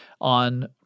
on